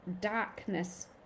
darkness